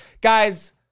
Guys